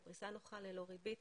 בפריסה נוחה ללא ריבית,